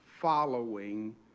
following